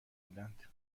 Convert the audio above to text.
بودند